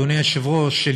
אדוני היושב-ראש,